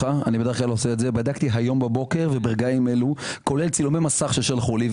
בדקתי הבוקר וכעת כולל צילומי מסך ששלחו לי.